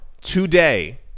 today